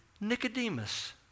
Nicodemus